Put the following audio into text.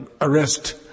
arrest